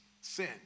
sin